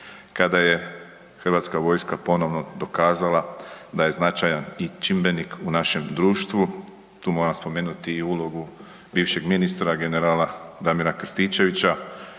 kada je Hrvatska vojska ponovno dokazala da je značajan i čimbenik u našem društvu. Tu moram spomenuti i ulogu bivšeg ministra generala Damira Krstičevića